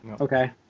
Okay